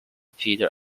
peter